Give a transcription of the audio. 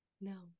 no